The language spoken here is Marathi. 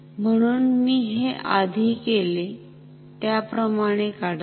म्हणून मी हे आधी केले त्याप्रमाणे काढतो